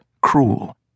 cruel